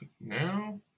now